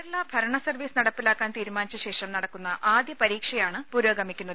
കേരള ഭരണ സർവീസ് നടപ്പിലാക്കാൻ തീരുമാനിച്ചു ശേഷം നടക്കുന്ന ആദ്യ പരീക്ഷയാണ് പുരോഗമിക്കുന്നത്